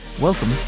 Welcome